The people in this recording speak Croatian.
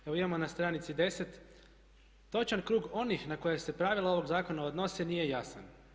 Evo imamo na stranici 10, točan krug onih na koja se pravila ovog zakona odnose nije jasan.